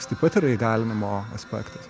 jis taip pat yra įgalinimo aspektas